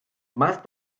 más